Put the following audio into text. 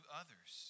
others